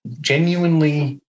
genuinely